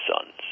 sons